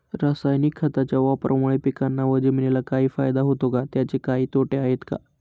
रासायनिक खताच्या वापरामुळे पिकांना व जमिनीला काही फायदा होतो का? त्याचे काही तोटे आहेत का?